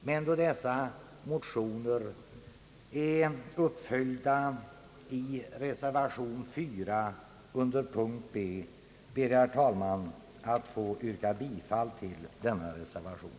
Men då dessa motioner är uppföljda i reservation 4 under punkt B ber jag, herr talman, att få yrka bifall till denna reservation.